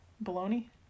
Bologna